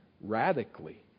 radically